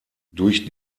durch